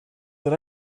that